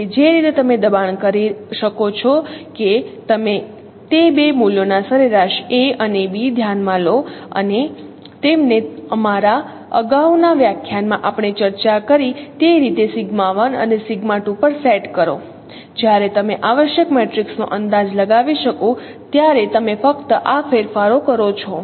તેથી જે રીતે તમે દબાણ કરી શકો છો કે તમે તે બે મૂલ્યોના સરેરાશ a અને b ધ્યાનમાં લો અને તેમને અમારા અગાઉના વ્યાખ્યાનમાં આપણે ચર્ચા કરી તે રીતે σ1 અને σ2 પર સેટ કરો જ્યારે તમે આવશ્યક મેટ્રિક્સનો અંદાજ લગાવી શકો ત્યારે તમે ફક્ત આ ફેરફારો કરો છો